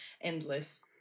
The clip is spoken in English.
endless